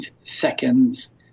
seconds